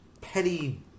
petty